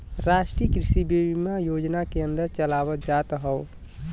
राष्ट्रीय कृषि बीमा योजना के अन्दर चलावल जात हौ